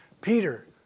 Peter